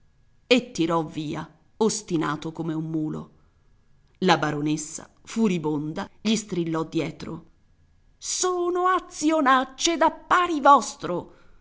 e tirò via ostinato come un mulo la baronessa furibonda gli strillò dietro sono azionacce da pari vostro